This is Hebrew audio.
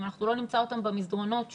אם אנחנו לא נמצא אותם במסדרונות שוב.